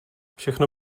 všechno